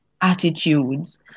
attitudes